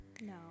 no